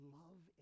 love